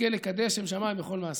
תזכה לקדש שם שמיים בכל מעשיך.